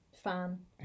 Fan